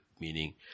Meaning